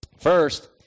First